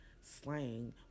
slang